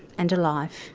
and alive.